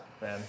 man